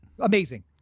Amazing